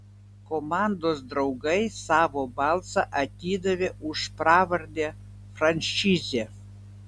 komandos draugai savo balsą atidavė už pravardę frančizė